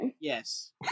yes